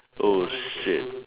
oh shit